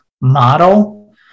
model